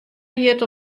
hjit